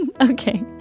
Okay